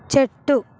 చెట్టు